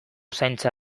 zaintza